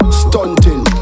stunting